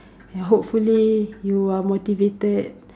hopefully you are motivated